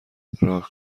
راه